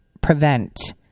prevent